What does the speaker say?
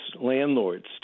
landlords